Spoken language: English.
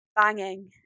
banging